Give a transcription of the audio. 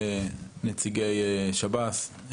נציגי שב"ס.